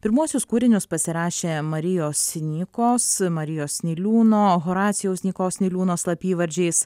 pirmuosius kūrinius pasirašė marijos nykos marijos niliūno horacijaus nykos niliūno slapyvardžiais